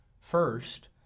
First